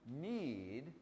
need